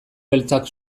beltzak